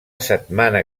setmana